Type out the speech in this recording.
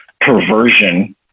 perversion